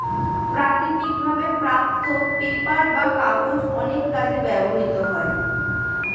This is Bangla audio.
প্রাকৃতিক ভাবে প্রাপ্ত পেপার বা কাগজ অনেক কাজে ব্যবহৃত হয়